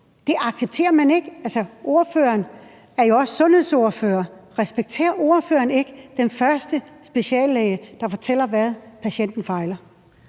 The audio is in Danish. det accepterer man ikke. Altså, ordføreren er jo også sundhedsordfører. Respekterer ordføreren ikke den første speciallæge, der fortæller, hvad patienten fejler?